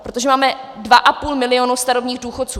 Protože máme 2,5 milionu starobních důchodců.